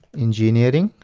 engineering